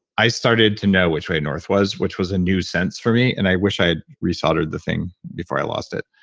i started to know which way north was, which was a new sense for me and i wish i resoldered the thing before i lost it.